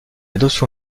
notion